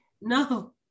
No